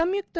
ಸಂಯುಕ್ತ